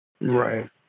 Right